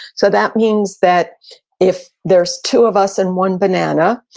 so, that means that if there's two of us and one banana,